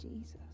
Jesus